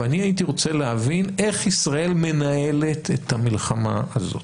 ואני הייתי רוצה להבין איך ישראל מנהלת את המלחמה הזאת.